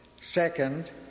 second